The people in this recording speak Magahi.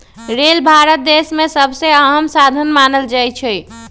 रेल भारत देश में सबसे अहम साधन मानल जाई छई